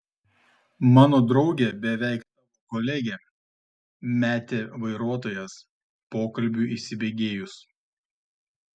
mano draugė beveik tavo kolegė metė vairuotojas pokalbiui įsibėgėjus